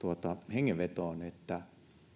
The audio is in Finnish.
hengenvetoon että